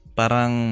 parang